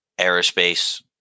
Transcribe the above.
aerospace